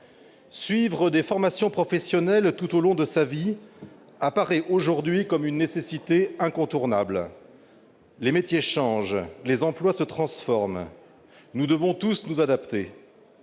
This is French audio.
Suivre des formations professionnelles tout au long de sa vie apparaît aujourd'hui comme une nécessité incontournable. Les métiers changent ; les emplois se transforment ; nous devons tous nous adapter.